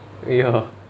ya